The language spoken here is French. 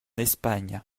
espagne